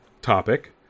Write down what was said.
topic